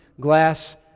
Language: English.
glass